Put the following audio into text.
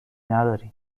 ندارین